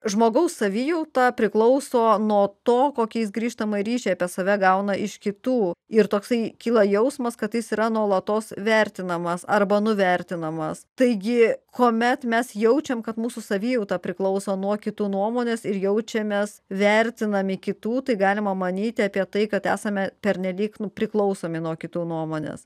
žmogaus savijauta priklauso nuo to kokiais grįžtamąjį ryšį apie save gauna iš kitų ir toksai kyla jausmas kad jis yra nuolatos vertinamas arba nuvertinamas taigi kuomet mes jaučiam kad mūsų savijauta priklauso nuo kitų nuomonės ir jaučiamės vertinami kitų tai galima manyti apie tai kad esame pernelyg priklausomi nuo kitų nuomonės